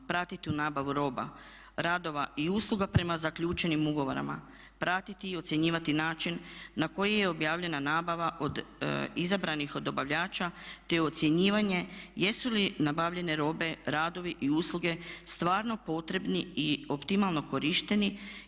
Pratiti nabavu roba, radova i usluga prema zaključenim ugovorima, pratiti i ocjenjivati način na koji je objavljena nabava od izabranih dobavljača te ocjenjivanje jesu li nabavljene robe, radovi i usluge stvarno potrebni i optimalno korišteni?